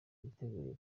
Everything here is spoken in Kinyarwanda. yiteguye